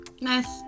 Nice